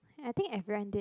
I think have run that